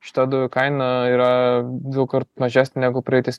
šita dujų kaina yra dukart mažesnė negu praeitais